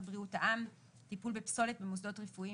בריאות העם (טיפול בפסולת במוסדות רפואיים),